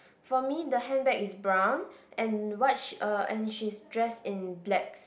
for me the handbag is brown and what she uh and she's dressed in blacks